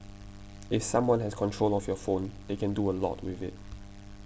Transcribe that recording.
if someone has control of your phone they can do a lot with it